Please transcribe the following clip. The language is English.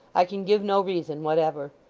i can give no reason whatever.